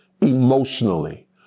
emotionally